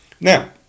Now